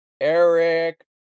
Eric